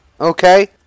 Okay